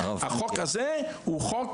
החוק הזה הוא חוק